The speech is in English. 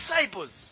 disciples